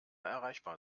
erreichbar